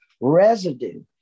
residue